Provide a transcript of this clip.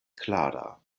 klara